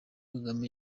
kagame